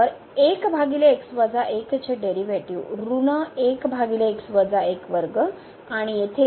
तर चे डेरीवेटीव ऋण आणि येथे